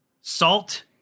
Salt